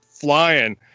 flying